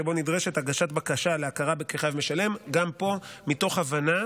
שבו נדרשת הגשת בקשה להכרה כ"חייב משלם" גם פה מתוך הבנה